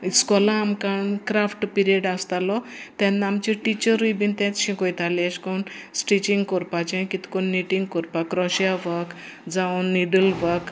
इस्कॉलान आमकां craft period आसतालो तेन्ना आमचे टिचरूय बीन तेंच शिकयताली अशें करून स्टिचींग करपाचें कितें करून निटींग करपाक क्रोशा वर्क जावं निडल वर्क